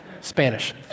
Spanish